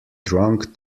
drunk